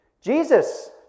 Jesus